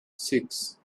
six